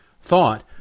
thought